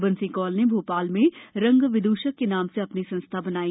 बंसी कौल ने भोपाल में रंग विद्षक के नाम से अपनी संस्था बनाई